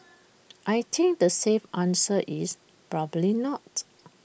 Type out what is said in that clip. I think the safe answer is probably not